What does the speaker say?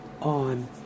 on